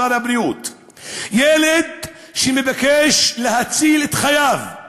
שר הבריאות: ילד שמבקש להציל את חייו,